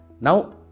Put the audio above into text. now